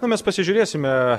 na mes pasižiūrėsime